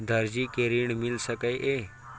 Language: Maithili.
दर्जी कै ऋण मिल सके ये?